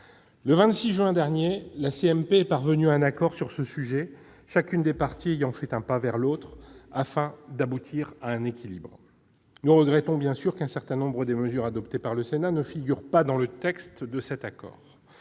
Le 26 juin dernier, la CMP est parvenue à un accord sur ce sujet, chacune des parties ayant fait un pas vers l'autre, afin d'aboutir à un équilibre. Nous regrettons bien sûr qu'un certain nombre des mesures adoptées par le Sénat ne figurent pas dans le texte de cet accord.